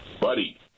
Buddy